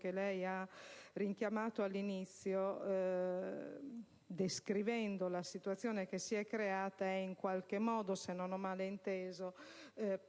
lei ha richiamato all'inizio, descrivendo la situazione creatasi, è in qualche modo, se non ho male inteso,